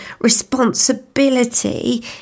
responsibility